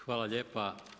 Hvala lijepa.